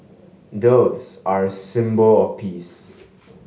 doves are a symbol of peace